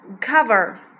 cover